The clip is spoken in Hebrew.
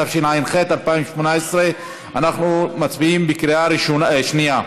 התשע"ח 2018. אנחנו מצביעים בקריאה שנייה,